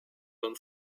von